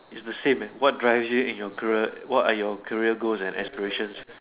is the same meh what drives you in your career what are your career goals and aspirations